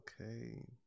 okay